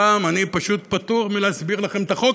הפעם אני פשוט פטור מלהסביר לכם את החוק.